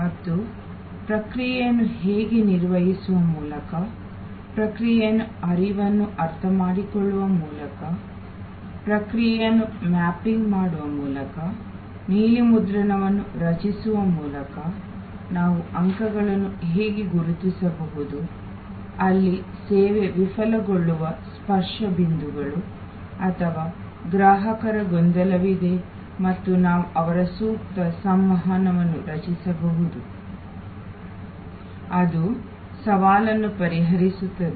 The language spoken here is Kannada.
ಮತ್ತು ಪ್ರಕ್ರಿಯೆಯನ್ನು ಹೇಗೆ ನಿರ್ವಹಿಸುವ ಮೂಲಕ ಪ್ರಕ್ರಿಯೆಯ ಹರಿವನ್ನು ಅರ್ಥಮಾಡಿಕೊಳ್ಳುವ ಮೂಲಕ ಪ್ರಕ್ರಿಯೆಯನ್ನು ಮ್ಯಾಪಿಂಗ್ ಮಾಡುವ ಮೂಲಕ ನೀಲಿ ಮುದ್ರಣವನ್ನು ರಚಿಸುವ ಮೂಲಕ ನಾವು ಅಂಕಗಳನ್ನು ಹೇಗೆ ಗುರುತಿಸಬಹುದು ಅಲ್ಲಿ ಸೇವೆ ವಿಫಲಗೊಳ್ಳುವ ಸ್ಪರ್ಶ ಬಿಂದುಗಳು ಅಥವಾ ಗ್ರಾಹಕರ ಗೊಂದಲವಿದೆ ಮತ್ತು ನಾವು ಅವರ ಸೂಕ್ತ ಸಂವಹನವನ್ನು ರಚಿಸಬಹುದು ಅದು ಸವಾಲನ್ನು ಪರಿಹರಿಸುತ್ತದೆ